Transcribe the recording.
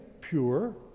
pure